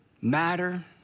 matter